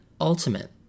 ultimate